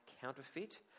counterfeit